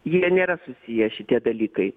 jie nėra susiję šitie dalykai